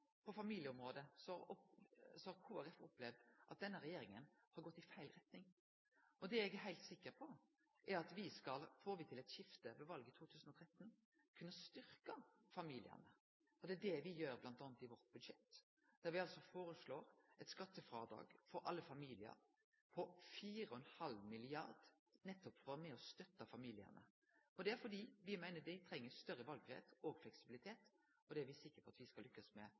på familieområdet har Kristeleg Folkeparti opplevd at denne regjeringa har gått i feil retning. Det eg er heilt sikker på, er at får me til eit skifte ved valet i 2013, vil me kunne styrkje familiane. Det er det me gjer bl.a. i budsjettet vårt når me foreslår eit skattefrådrag for alle familiar på 4,5 mrd. kr, nettopp for å vere med og støtte familiane. Det er fordi me meiner at dei treng større valfridom og fleksibilitet, og det er me sikre på at me skal lykkast med